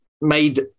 made